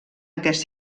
aquest